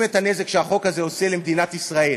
את הנזק שהחוק הזה עושה למדינת ישראל.